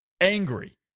angry